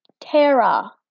Terra